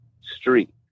street